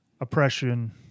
oppression